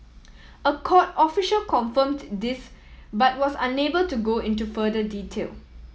a court official confirmed this but was unable to go into further detail